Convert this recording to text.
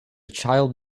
child